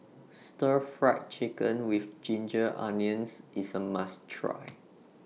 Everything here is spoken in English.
Stir Fried Chicken with Ginger Onions IS A must Try